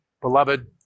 Beloved